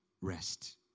rest